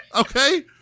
okay